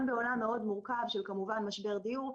גם בעולם מאוד מורכב של משבר דיור,